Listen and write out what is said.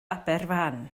aberfan